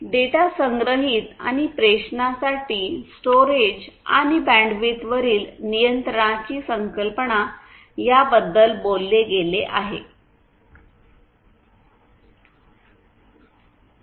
data संग्रहीत आणि प्रेषणासाठी स्टोरेज आणि बँडविड्थवरील नियंत्रणाची संकल्पना याबद्दल बोलले गेले आहे